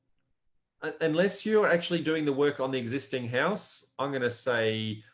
unless you're actually doing the work on the existing house, i'm going to say,